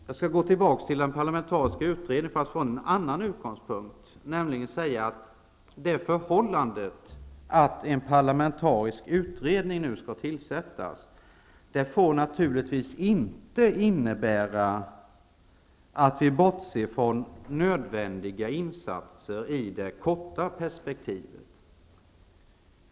Jag skall gå tillbaka till den parlamentariska utredningen, fast från en annan utgångspunkt. Det förhållandet att en parlamentarisk utredning nu skall tillsättas får naturligtvis inte innebära att vi bortser från nödvändiga insatser i det korta perspektivet.